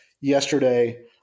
yesterday